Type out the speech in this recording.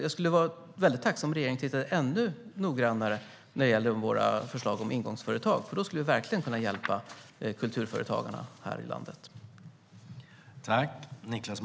Jag vore tacksam om regeringen tittade ännu noggrannare på våra förslag om ingångsföretag, för då skulle vi verkligen kunna hjälpa kulturföretagarna i vårt land.